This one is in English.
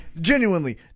Genuinely